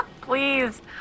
Please